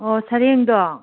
ꯑꯣ ꯁꯔꯦꯡꯗꯣ